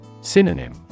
Synonym